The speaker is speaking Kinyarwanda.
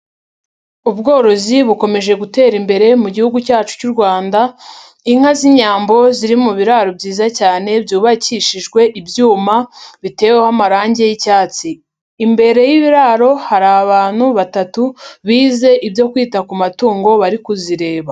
Ubworozi bukomeje gutera imbere mu gihugu cyacu cy'u Rwanda, inka z'inyambo ziri mu biraro byiza cyane byubakishijwe ibyuma biteweho amarangi y'icyatsi, imbere y'ibiraro hari abantu batatu bize ibyo kwita ku matungo bari kuzireba.